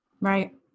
Right